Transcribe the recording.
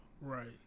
Right